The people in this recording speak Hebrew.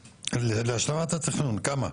להשלמת התכנון כמה?